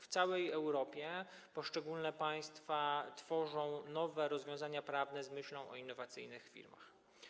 W całej Europie poszczególne państwa tworzą nowe rozwiązania prawne z myślą o innowacyjnych firmach.